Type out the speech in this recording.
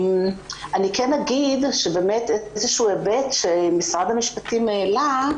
אני אגיד שאיזשהו היבט שמשרד המשפטים העלה,